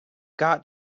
got